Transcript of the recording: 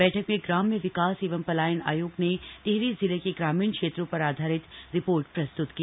बैठक में ग्राम्य विकास एवं पलायन आयोग ने टिहरी जिले के ग्रामीण क्षेत्रों पर आधारित रिपोर्ट प्रस्तुत की